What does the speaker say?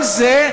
כל זה,